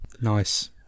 nice